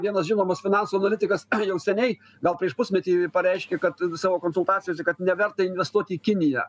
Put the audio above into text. vienas žinomas finansų analitikas jau seniai gal prieš pusmetį pareiškė kad savo konsultacijose kad neverta investuot į kiniją